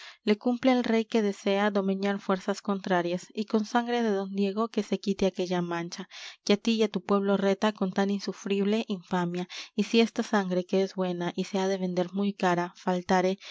le cumple al rey que desea domeñar fuerzas contrarias y con sangre de don diego que se quite aquella mancha que á ti y á tu pueblo reta con tan insufrible infamia y si esta sangre que es buena y se ha de vender muy cara faltare